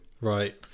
right